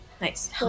Nice